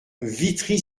vitry